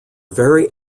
very